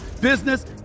business